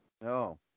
no